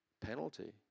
penalty